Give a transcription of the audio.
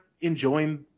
enjoying